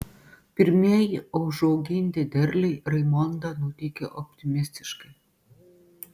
pirmieji užauginti derliai raimondą nuteikė optimistiškai